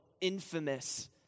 infamous